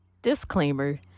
Disclaimer